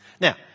Now